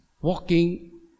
walking